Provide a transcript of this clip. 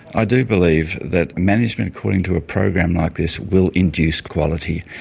i do believe that management according to a program like this will induce quality.